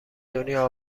دنیا